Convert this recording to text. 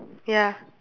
ya